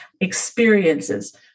experiences